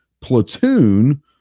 platoon